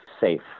safe